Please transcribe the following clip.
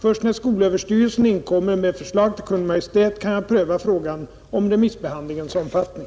Först när skolöverstyrelsen inkommer med förslag till Kungl. Maj:t kan jag pröva frågan om remissbehandlingens omfattning.